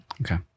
Okay